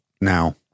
now